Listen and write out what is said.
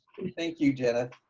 thank you, jenith.